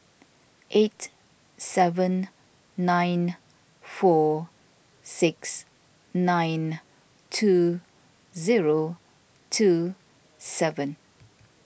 eight seven nine four six nine two zero two seven